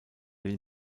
den